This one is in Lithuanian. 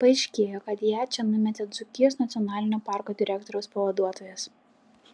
paaiškėjo kad ją čia numetė dzūkijos nacionalinio parko direktoriaus pavaduotojas